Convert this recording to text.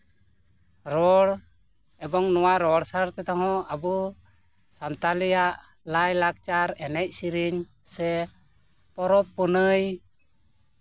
ᱨᱚᱲ ᱮᱵᱚᱝ ᱱᱚᱣᱟ ᱨᱚᱲ ᱥᱟᱶᱛᱮᱦᱚᱸ ᱟᱵᱚ ᱥᱟᱱᱛᱟᱲᱟᱜ ᱞᱟᱭᱼᱞᱟᱠᱪᱟᱨ ᱮᱱᱮᱡᱼᱥᱮᱨᱮᱧ ᱥᱮ ᱯᱚᱨᱚᱵᱼᱯᱩᱱᱟᱹᱭ